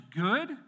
good